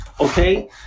okay